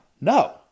no